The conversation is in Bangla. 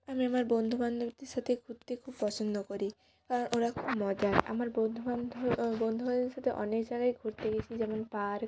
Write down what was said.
আমি আমার বন্ধু বান্ধবীদের সাথে ঘুরতে খুব পছন্দ করি কারণ ওরা খুব মজার আমার বন্ধু বান্ধ বন্ধু বান্ধবীর সাতে অনেক জায়গায় ঘুরতে গেছি যেমন পার্ক